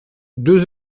deux